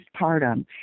postpartum